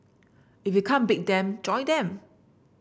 if you can't beat them join them